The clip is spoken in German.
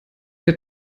der